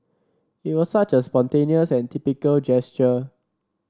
it was such a spontaneous and typical gesture